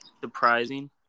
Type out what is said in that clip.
surprising